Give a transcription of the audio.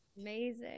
Amazing